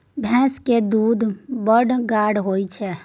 भैंस केर दूध बड़ गाढ़ होइ छै